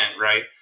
right